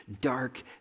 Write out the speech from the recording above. dark